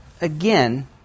again